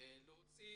להוציא